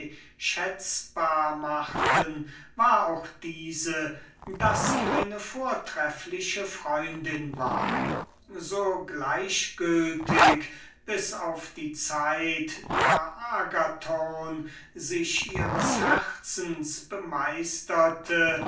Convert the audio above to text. schätzbar machten war auch diese daß sie eine vortreffliche freundin war so gleichgültig sie bis auf die zeit da sich agathon ihres herzens bemeisterte